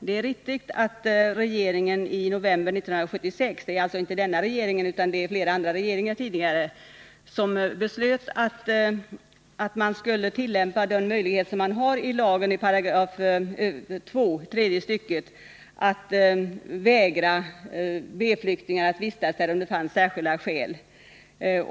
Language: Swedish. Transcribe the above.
Det är riktigt att regeringen i november 1976 — det var alltså inte denna regering — beslöt att man skulle använda den möjlighet man har i utlänningslagens2 § tredje stycket att vägra B-flyktingar att vistas här om det finns särskilda skäl.